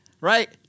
Right